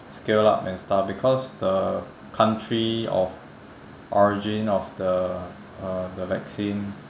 scale up and stuff because the country of origin of the uh the vaccine